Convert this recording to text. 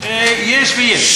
יש ויש.